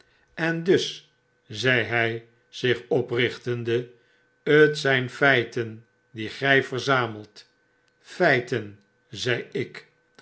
en dus zei hij zich oprichtende t zijn feiten die gy verzamelt bfeiten zei ik